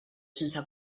sense